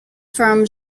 from